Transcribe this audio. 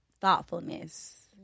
thoughtfulness